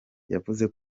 yavuze